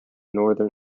northern